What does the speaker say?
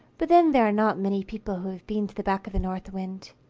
but then there are not many people who have been to the back of the north wind.